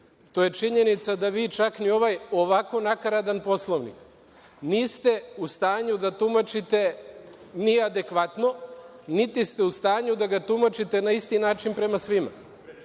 To je činjenica, da vi čak ni ovaj ovako nakaradan Poslovnik niste u stanju da tumačite ni adekvatno, niti ste u stanju da ga tumačite na isti način prema svima. Mi